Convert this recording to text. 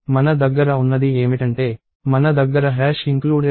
మన దగ్గర ఉన్నది ఏమిటంటే మన దగ్గర include stdio